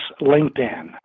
LinkedIn